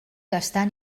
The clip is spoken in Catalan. gastar